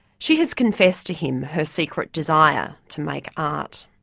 she has confessed to him her secret desire to make art.